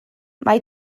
mae